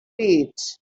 pit